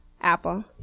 Apple